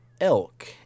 Elk